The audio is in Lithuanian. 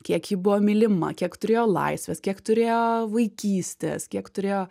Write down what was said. kiek ji buvo mylima kiek turėjo laisvės kiek turėjo vaikystės kiek turėjo